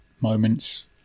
moments